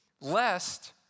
lest